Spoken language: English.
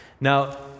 Now